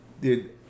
Dude